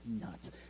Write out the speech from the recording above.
nuts